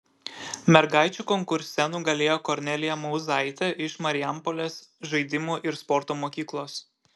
mergaičių konkurse nugalėjo kornelija mauzaitė iš marijampolės žaidimų ir sporto mokyklos